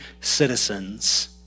citizens